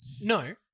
No